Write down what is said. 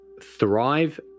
thrive